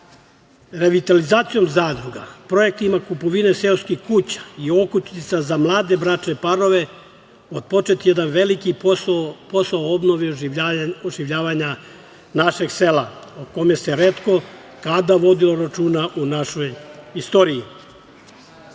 daje. Revitalizacijom zadruga, projektima kupovine seoskih kuća i okućnica za mlade bračne parove, otpočet je jedan veliki posao, posao obnove i oživljavanja našeg sela o kome se retko kada vodilo računa u našoj